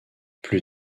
plus